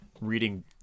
reading